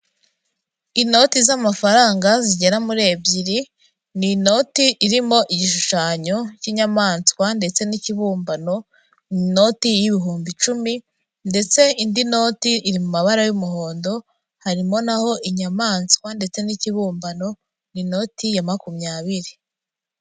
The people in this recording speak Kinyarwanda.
Inoti z'amafaranga zigera muri ebyiri, ni inoti irimo igishushanyo cy'inyamaswa ndetse n'ikibumbano, ni inoti y'ibihumbi icumi ndetse indi noti iri mu mabara y'umuhondo, harimo na ho inyamaswa ndetse n'ikibumbano, ni inoti ya makumyabiri.